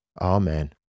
Amen